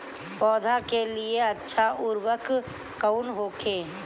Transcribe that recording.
पौधा के लिए अच्छा उर्वरक कउन होखेला?